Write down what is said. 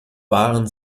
waren